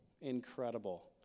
incredible